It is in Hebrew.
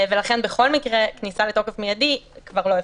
ולכן בכל מקרה כניסה לתוקף מיידית כבר לא אפשרית.